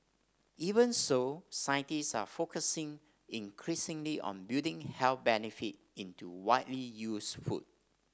even so scientist are focusing increasingly on building health benefit into widely used food